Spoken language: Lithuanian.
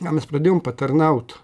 na mes pradėjom patarnaut